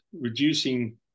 reducing